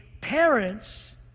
parents